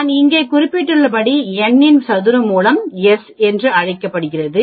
நான் இங்கே குறிப்பிட்டுள்ளபடி n இன் சதுர மூலம் s என்று அழைக்கப்படுகிறது